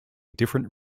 different